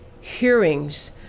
hearings